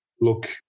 look